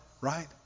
right